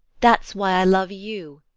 that's why i love you.